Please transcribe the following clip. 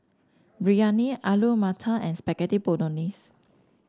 Biryani Alu Matar and Spaghetti Bolognese